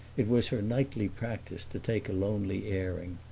it was her nightly practice to take a lonely airing.